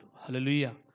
Hallelujah